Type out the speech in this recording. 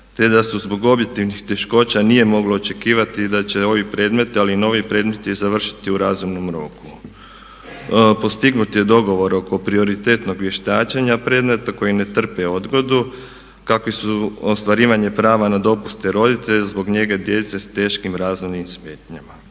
te da se zbog objektivnih teškoća nije moglo očekivati da će ovi predmeti, ali i novi predmeti završiti u razumnom roku. Postignut je dogovor oko prioritetnog vještačenja predmeta koji ne trpe odgodu kakvi su ostvarivanje prava na dopuste roditelja zbog njege djece s teškim razvojnim smetnjama.